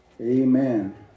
amen